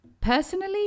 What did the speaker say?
Personally